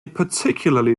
particularly